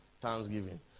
Thanksgiving